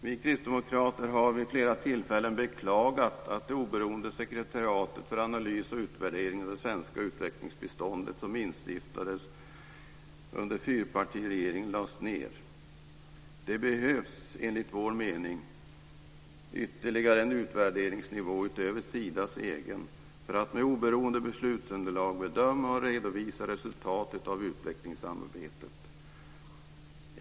Vi kristdemokrater har vid flera tillfällen beklagat att det oberoende sekretariatet för analys och utvärdering av det svenska utvecklingsbiståndet som instiftades under fyrpartiregeringen lades ned. Det behövs enligt vår mening ytterligare en utvärderingsnivå utöver Sidas egen för att med oberoende beslutsunderlag bedöma och redovisa resultatet av utvecklingssamarbetet.